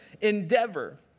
endeavor